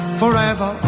forever